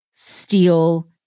Steal